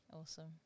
Awesome